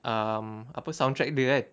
um apa soundtrack dia kan